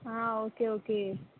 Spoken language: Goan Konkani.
ah okay okay